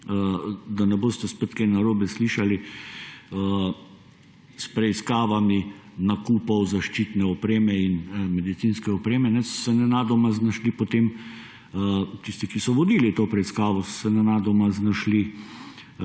da ne boste spet kaj narobe slišali, s preiskavami nakupov zaščitne opreme in medicinske opreme, so se nenadoma znašli tisti, ki so vodili to preiskavo, v nekih delovnih